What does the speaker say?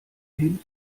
hin